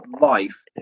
life